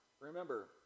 remember